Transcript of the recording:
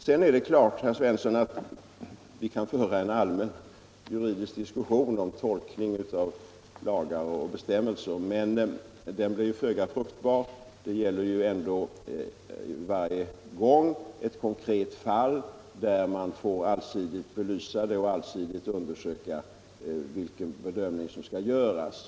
Sedan, herr Svensson, kan vi naturligtvis föra en allmän juridisk diskussion om tolkningen av lagar och bestämmelser, men den blir föga fruktbar. Det gäller ändå varje gång ett konkret fall, som man får allsidigt belysa och där man får undersöka vilken bedömning som skall göras.